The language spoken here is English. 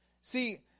See